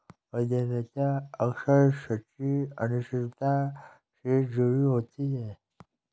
उद्यमिता अक्सर सच्ची अनिश्चितता से जुड़ी होती है